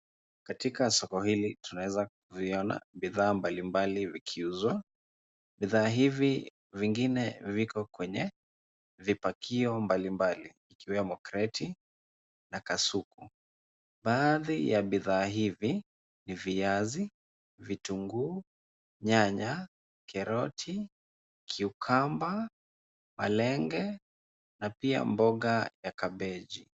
Katika soko hili tunaweza kuviona bidhaa mbali mbali vikiuzwa. Bidhaa hivi vingine viko kwenye vipakio mbali mbali vikiwemo kreti na kasuku baadhi ya bidhaa hivi ni viazi, vitunguu nyaya keroti kiukamba malenge na pia mboga ya kabeji.